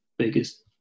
biggest